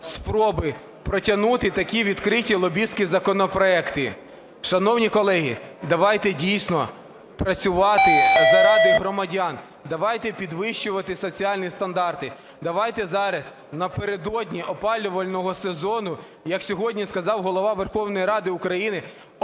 спроби протягнути такі відкриті лобістські законопроекти. Шановні колеги, давайте дійсно працювати заради громадян, давайте підвищувати соціальні стандарти. Давайте зараз, напередодні опалювального сезону, як сьогодні сказав Голова Верховної Ради України,